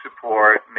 support